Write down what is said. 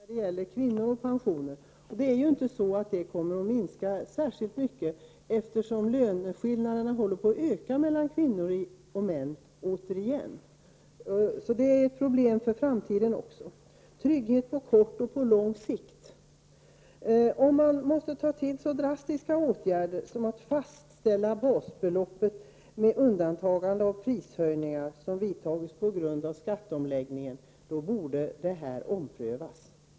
Herr talman! Det tycks handla om ungefär samma saker för alla oss som talar i den här debatten, bl.a. om orättvisan när det gäller kvinnor och pensioner. Den orättvisan kommer inte att minska särskilt mycket, eftersom löneskillnaderna mellan kvinnor och män återigen ökar. Det är också ett problem för framtiden, dvs. trygghet på kort och på lång sikt. Det är allvarligt om man måste ta till så drastiska åtgärder som att fastställa basbeloppet med undantagande av prishöjningar som görs på grund av skatteomläggningen. Sådana åtgärder borde omprövas.